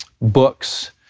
books